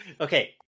Okay